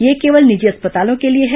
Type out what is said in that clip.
यह केवल निजी अस्पतालों के लिए है